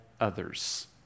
others